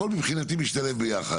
הכל מבחינתי משתלב ביחד.